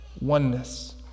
Oneness